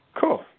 Cool